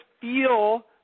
feel